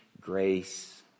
grace